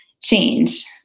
change